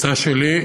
עצה שלי: